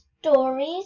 stories